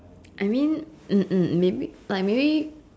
I mean mm mm maybe like maybe